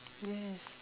yes